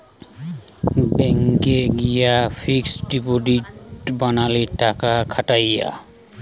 ব্যাংকে গিয়ে fixed deposit বানালে টাকা খাটায়